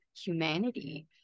humanity